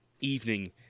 evening